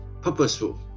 purposeful